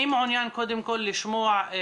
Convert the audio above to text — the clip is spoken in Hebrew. אני מעוניין קודם כל לשמוע את